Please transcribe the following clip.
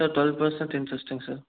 sir twelve percent இன்ட்ரஸ்ட்டுங்க sir